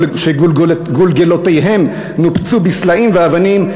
שגולגולותיהם נופצו בסלעים ואבנים.